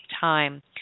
time